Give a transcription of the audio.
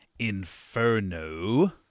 Inferno